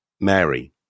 Mary